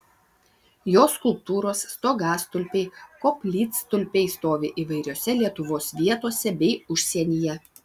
jo skulptūros stogastulpiai koplytstulpiai stovi įvairiose lietuvos vietose bei užsienyje